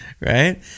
Right